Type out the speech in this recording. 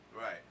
Right